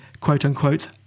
quote-unquote